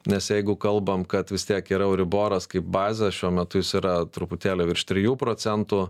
nes jeigu kalbam kad vis tiek yra euriboras kaip bazė šiuo metu jis yra truputėlį virš trijų procentų